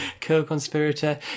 Co-conspirator